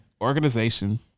organization